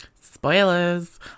spoilers